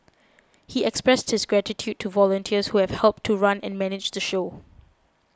he expressed his gratitude to volunteers who have helped to run and manage the show